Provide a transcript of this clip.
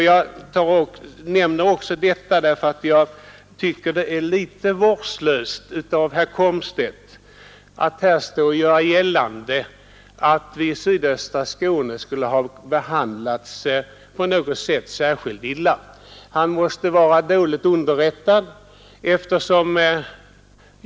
Jag nämner detta också därför att jag tycker att det är litet vårdslöst av herr Komstedt att här göra gällande att vi i sydöstra Skåne på något sätt skulle ha behandlats särskilt illa. Han måste vara dåligt underrättad.